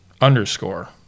underscore